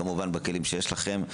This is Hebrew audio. כמובן בכלים שיש לכם.